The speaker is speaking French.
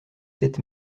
sept